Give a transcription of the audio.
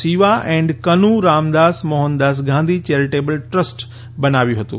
Shiva and Kanu Ramdas Mohandas Gandhi charitable trust બનાવ્યું હતું